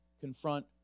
confront